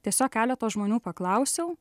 tiesiog keleto žmonių paklausiau